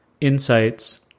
insights